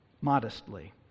modestly